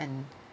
and